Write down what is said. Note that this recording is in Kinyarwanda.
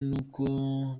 n’uko